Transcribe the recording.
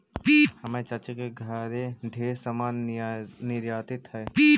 हमर चाची के घरे ढेर समान निर्यातित हई